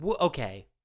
okay